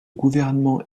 gouvernement